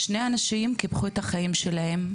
שני אנשים קיפחו את החיים שלהם.